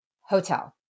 hotel